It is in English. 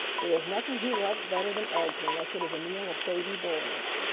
there is nothing he loves better than eggs unless it is a meal of baby birds.